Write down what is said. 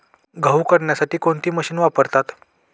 गहू करण्यासाठी कोणती मशीन वापरतात?